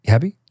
Happy